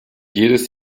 jedes